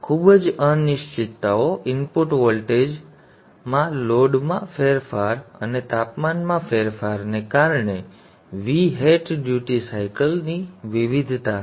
ખૂબ જ અનિશ્ચિતતાઓ ઇનપુટ વોલ્ટેજમાં લોડમાં ફેરફાર અને તાપમાનમાં ફેરફારને કારણે v હેટ ડ્યુટી સાયકલની વિવિધતા હશે